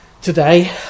today